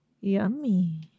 Yummy